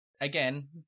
again